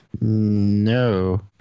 No